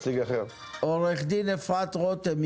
עורכת דין אפרת רותם,